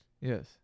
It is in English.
Yes